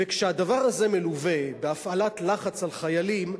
וכשהדבר הזה מלווה בהפעלת לחץ על חיילים,